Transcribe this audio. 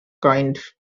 kind